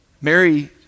Mary